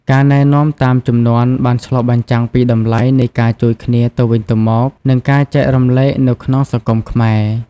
ការណែនាំតាមជំនាន់បានឆ្លុះបញ្ចាំងពីតម្លៃនៃការជួយគ្នាទៅវិញទៅមក និងការចែករំលែកនៅក្នុងសង្គមខ្មែរ។